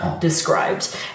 described